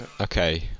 okay